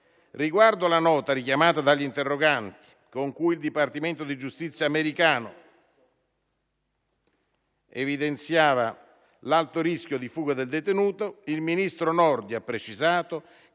Riguardo alla nota richiamata dagli interroganti, con cui il Dipartimento di giustizia americano evidenziava l'alto rischio di fuga del detenuto, il ministro Nordio ha precisato che